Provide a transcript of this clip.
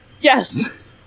Yes